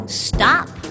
stop